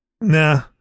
nah